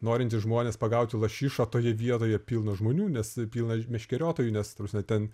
norintys žmonės pagauti lašišą toje vietoje pilna žmonių nes pilna meškeriotojų nes ta prasme ten